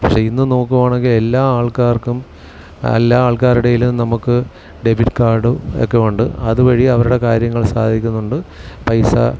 പക്ഷെ ഇന്ന് നോക്കുകയാണെങ്കിൽ എല്ലാ ആൾക്കാർക്കും എല്ലാ ആൾക്കാരുടെയിലും നമുക്ക് ഡെബിറ്റ് കാർഡും ഒക്കെ ഉണ്ട് അതുവഴി അവരുടെ കാര്യങ്ങൾ സാധിക്കുന്നുണ്ട് പൈസ